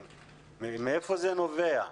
מאיפה זה נובע?